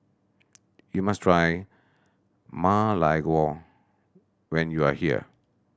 you must try Ma Lai Gao when you are here